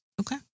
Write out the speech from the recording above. okay